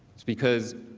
was because